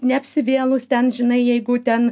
neapsivėlus ten žinai jeigu ten